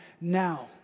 now